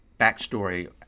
backstory